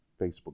Facebook